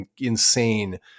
insane